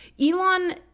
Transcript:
Elon